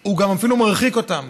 היא אפילו מרחיקה אותם